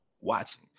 watching